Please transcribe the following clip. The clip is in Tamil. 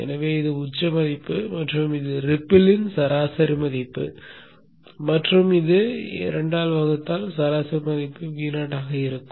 எனவே இது உச்ச மதிப்பு மற்றும் இது ரிப்பிலின் சராசரி மதிப்பு மற்றும் இதை 2 ஆல் வகுத்தால் சராசரி மதிப்பு Vo ஆக இருக்கும்